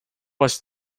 was